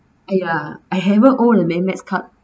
!aiya! I haven't own an amex card